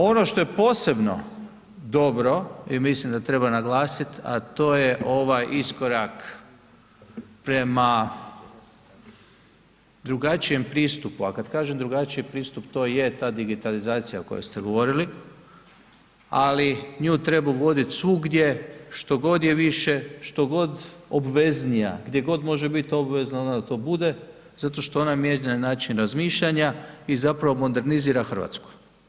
Ono što je posebno dobro i mislim da treba naglasiti, a to je ovaj iskorak prema drugačijem pristupu, a kad kažem drugačiji pristup, to je ta digitalizacija o kojoj ste govorili, ali nju treba voditi svugdje što god je više, što god obveznija, gdje god može bit obvezna, onda to bude zato što ona mijenja način razmišljanja i zapravo modernizira Hrvatsku.